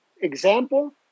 example